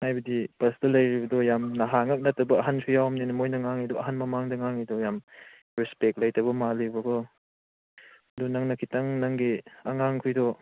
ꯍꯥꯏꯕꯗꯤ ꯕꯁꯇ ꯂꯩꯔꯤꯕꯗꯣ ꯌꯥꯝ ꯅꯍꯥ ꯉꯥꯛ ꯅꯠꯇꯕ ꯑꯍꯟꯁꯨ ꯌꯥꯎꯕꯅꯤꯅ ꯃꯣꯏꯅ ꯉꯥꯡꯂꯤꯗꯣ ꯑꯍꯟ ꯃꯃꯥꯡꯗ ꯉꯥꯡꯂꯤꯗꯣ ꯌꯥꯝ ꯔꯦꯁꯄꯦꯛ ꯂꯩꯇꯕ ꯃꯥꯜꯂꯦꯕꯀꯣ ꯑꯗꯨ ꯅꯪꯅ ꯈꯤꯇꯪ ꯅꯪꯒꯤ ꯑꯉꯥꯡ ꯈꯣꯏꯗꯣ